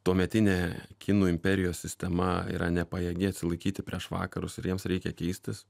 tuometinė kinų imperijos sistema yra nepajėgi atsilaikyti prieš vakarus ir jiems reikia keistis